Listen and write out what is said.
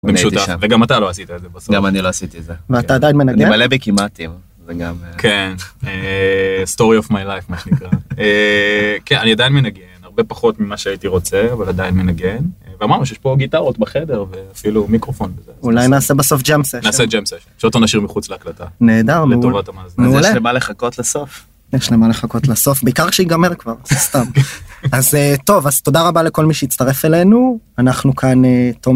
וגם אתה לא עשית את זה גם אני לא עשיתי את זה ואתה עדיין מנגן לי אני מלא בכמעטים זה גם כן סטורי אוף מיילייף מה נקרא כן אני עדיין מנגן הרבה פחות ממה שהייתי רוצה אבל עדיין מנגן ואמרנו שיש פה גיטרות בחדר ואפילו מיקרופון. אולי נעשה בסוף ג'אמפ סשן נעשה ג'אמפ סשן שאותו נשאיר מחוץ להקלטה נהדר לטובת המאזינים יש למה לחכות לסוף יש למה לחכות לסוף בעיקר שייגמר כבר סתם אז טוב אז תודה רבה לכל מי שהצטרף אלינו אנחנו כאן טום.